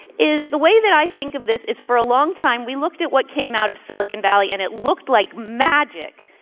is the way that i think of this is, for a long time we looked at what came out of silicon valley and it looked like magic.